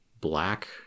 black